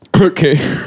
Okay